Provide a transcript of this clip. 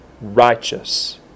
righteous